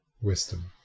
wisdom